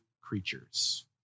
creatures